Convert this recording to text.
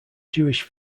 jewish